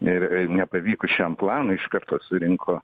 ir nepavykus šiam planui iš karto surinko